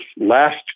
last